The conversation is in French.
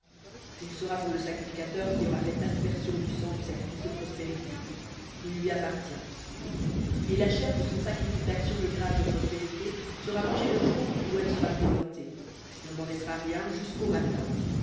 il sera pour le sacrificateur qui aura fait aspersion du sang du sacrifice de prospérités il lui appartient et la chair de son sacrifice d'action de grâces de prospérités sera mangée le jour où elle sera présentée on n'en laissera rien jusqu'au matin